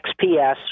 XPS